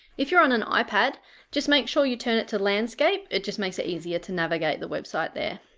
if you're on an ipad just make sure you turn it to landscape it just makes it easier to navigate the website there.